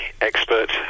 expert